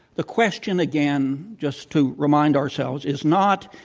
the question again, just to remind ourselves, is not,